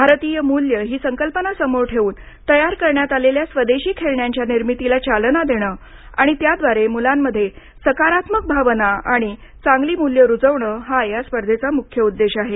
भारतीय मूल्य ही संकल्पनासमोर ठेवून तयार करण्यात आलेल्या स्वदेशी खेळण्यांच्या निर्मितीला चालना देणं आणि त्याद्वारे मुलांमध्ये सकारात्मक भावना आणि चांगली मूल्य रुजवणं हा या स्पर्धेचा मुख्य उद्देश आहे